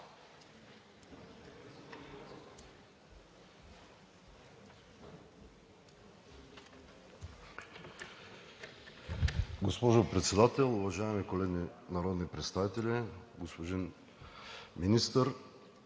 Госпожо Председател, уважаеми колеги народни представители, господин Министър!